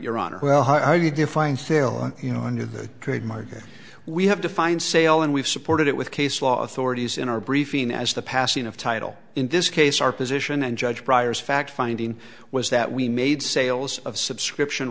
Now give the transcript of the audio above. your honor well how you define sale and you know i knew the trademark and we have defined sale and we've supported it with case law authorities in our briefing as the passing of title in this case our position and judge briars fact finding was that we made sales of subscription